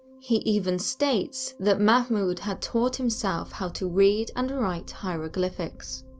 he even states that mahmoud had taught himself how to read and write hieroglyphics.